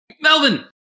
Melvin